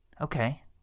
Okay